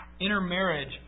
intermarriage